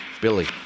Billy